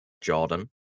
Jordan